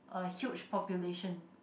a huge population